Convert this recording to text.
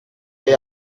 est